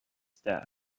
death